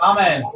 Amen